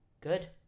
good